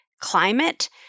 climate